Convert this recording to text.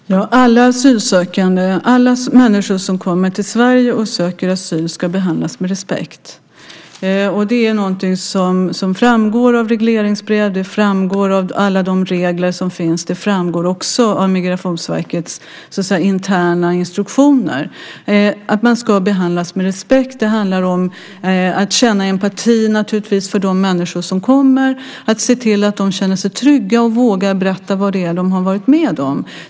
Fru talman! Alla asylsökande, alla människor som kommer till Sverige och söker asyl ska behandlas med respekt. Det är någonting som framgår av regleringsbrevet och av alla de regler som finns. Det framgår också av Migrationsverkets interna instruktioner att de ska behandlas med respekt. Det handlar om att känna empati för de människor som kommer och se till att de känner sig trygga och vågar berätta vad de har varit med om.